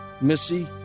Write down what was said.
Missy